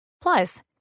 Plus